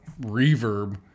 reverb